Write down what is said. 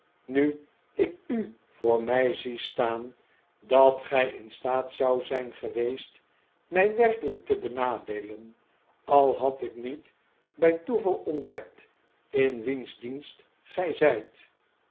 nu ik u voor mij zie staan dat gij in staat zoudt zijn geweest mij werkelijk te benadeelen al had ik niet bij toeval ontdekt in wiens dienst gij zijt